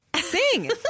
sing